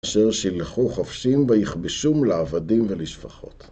אשר שילחו חופשים ביכבשום לעבדים ולשפחות.